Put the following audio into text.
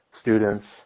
students